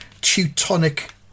Teutonic